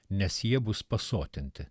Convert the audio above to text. nes jie bus pasotinti